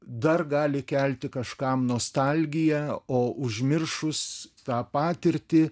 dar gali kelti kažkam nostalgiją o užmiršus tą patirtį